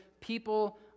people